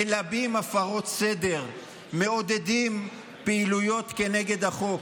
מלבים הפרות סדר, מעודדים פעילויות כנגד החוק.